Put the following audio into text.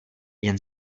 jen